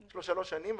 יש לו שלוש שנים,